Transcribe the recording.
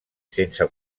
sense